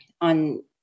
on